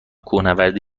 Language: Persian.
کوهنوردی